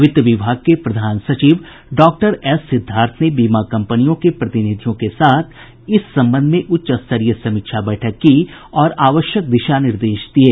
वित्त विभाग के प्रधान सचिव डॉक्टर एस सिद्धार्थ ने बीमा कम्पनियों के प्रतिनिधियों के साथ इस संबंध में उच्च स्तरीय समीक्षा बैठक की और आवश्यक दिशा निर्देश दिये